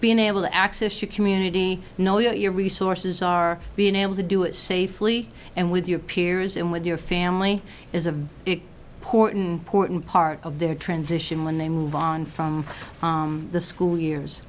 being able to access your community know your resources are being able to do it safely and with your peers and with your family is a big porton porton part of their transition when they move on from the school years